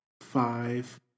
five